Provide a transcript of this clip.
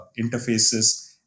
interfaces